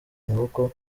amaboko